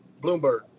Bloomberg